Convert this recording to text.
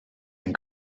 ein